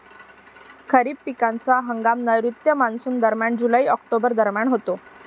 खरीप पिकांचा हंगाम नैऋत्य मॉन्सूनदरम्यान जुलै ऑक्टोबर दरम्यान होतो